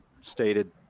stated